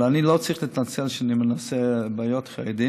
אבל אני לא צריך להתנצל על זה שאני מנסה לענות על בעיות חרדים,